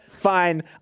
Fine